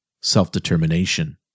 self-determination